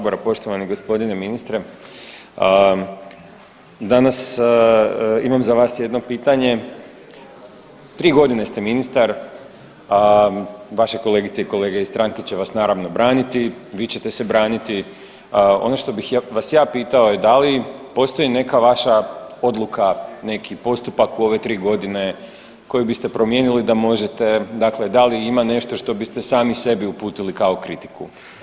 Poštovani g. ministre, danas imam za vas jedno pitanje, 3.g. ste ministar, a vaše kolegice i kolege iz stranke će vas naravno braniti, vi ćete se braniti, ono što bih vas ja pitao je da li postoji neka vaša odluka, neki postupak u ove 3.g. koji biste promijenili da možete, dakle da li ima nešto što biste sami sebi uputili kao kritiku?